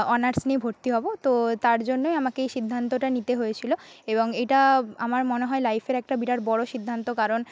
honours নিয়ে ভর্তি হব তো তার জন্যেই আমাকে এই সিদ্ধান্তটা নিতে হয়েছিল এবং এটা মনে হয় আমার লাইফের একটা বিরাট বড় সিদ্ধান্ত কারণ